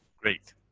great.